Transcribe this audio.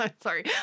sorry